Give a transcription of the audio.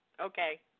Okay